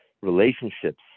relationships